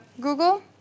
Google